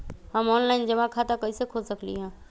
हम ऑनलाइन जमा खाता कईसे खोल सकली ह?